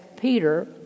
Peter